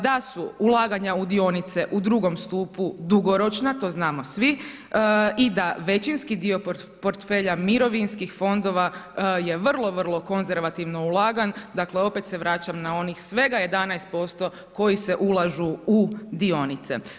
Da su ulaganja u dionice u drugom stupu dugoročna, to znamo svi i da većinski dio portfelja mirovinskih fondova je vrlo, vrlo konzervativno ulagan dakle opet se vraćam na onih svega 11% koji se ulažu u dionice.